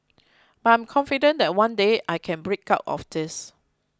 but I am confident that one day I can break out of this